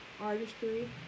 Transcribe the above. Artistry